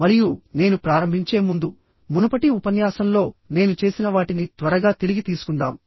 మరియు నేను ప్రారంభించే ముందు మునుపటి ఉపన్యాసంలో నేను చేసిన వాటిని త్వరగా తిరిగి తీసుకుందాం